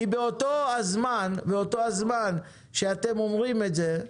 כי באותו זמן שאתם אומרים את זה,